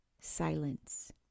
silence